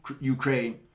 Ukraine